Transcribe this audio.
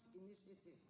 initiative